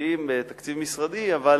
תוספתיים בתקציב משרדי, אבל